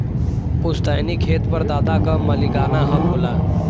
पुस्तैनी खेत पर दादा क मालिकाना हक होला